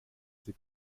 sie